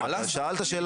שאלת שאלה,